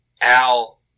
Al